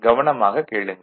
கவனமாக கேளுங்கள்